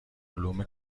علوم